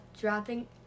Dropping